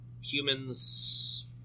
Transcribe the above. humans